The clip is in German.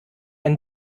ein